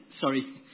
Sorry